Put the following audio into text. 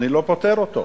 אני לא פוטר אותו,